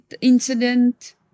incident